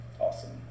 Awesome